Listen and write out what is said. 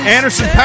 Anderson